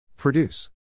Produce